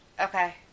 Okay